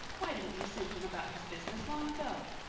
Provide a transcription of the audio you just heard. why didn't you send him about his business long ago?